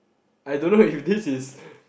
I don't know if this is